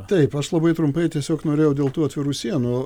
taip aš labai trumpai tiesiog norėjau dėl tų atvirų sienų